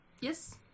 Yes